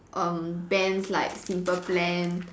um bands like simple plan